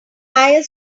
hire